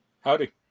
howdy